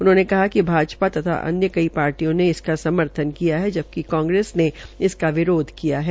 उन्होंने कहा कि भाजपा तथा अन्य पार्टियों ने इसका समर्थन किया है जबकि कांग्रेस ने इसका विरोध किया है